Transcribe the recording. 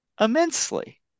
immensely